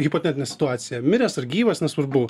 hipotetinė situacija miręs ar gyvas nesvarbu